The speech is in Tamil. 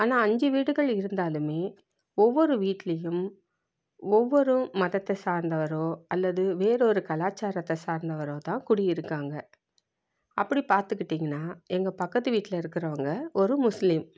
ஆனால் அஞ்சு வீட்டுக்கள் இருந்தாலும் ஒவ்வொரு வீட்லேயும் ஒவ்வொரு மதத்தை சார்ந்தவரோ அல்லது வேறொரு கலாச்சாரத்தை சார்ந்தவரோ தான் குடி இருக்காங்க அப்படி பார்த்துக்கிட்டீங்கன்னா எங்கள் பக்கத்து வீட்டில் இருக்கிறவங்க ஒரு முஸ்லீம்